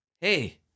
hey